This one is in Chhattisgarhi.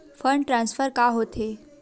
फंड ट्रान्सफर का होथे?